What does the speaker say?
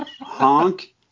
Honk